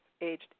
aged